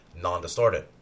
non-distorted